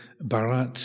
Barat